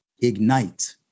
Ignite